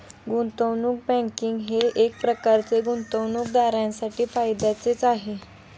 गुंतवणूक बँकिंग हे एकप्रकारे गुंतवणूकदारांसाठी फायद्याचेच आहे